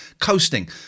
Coasting